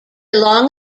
long